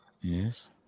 yes